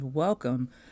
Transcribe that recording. Welcome